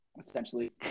essentially